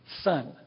son